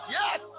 yes